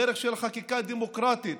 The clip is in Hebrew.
דרך של חקיקה דמוקרטית